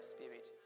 spirit